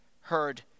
heard